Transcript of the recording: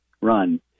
run